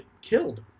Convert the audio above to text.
killed